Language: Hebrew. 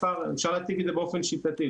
אפשר להציג את זה באופן שיטתי,